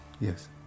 Yes